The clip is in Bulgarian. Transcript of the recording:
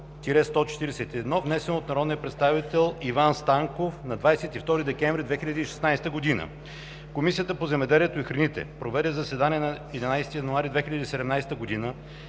654-01-141, внесен от народния представител Иван Станков на 22 декември 2016 г. Комисията по земеделието и храните проведе заседание на 11 януари 2017 г.,